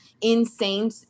insane